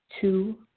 Two